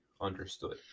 understood